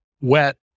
wet